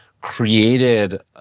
created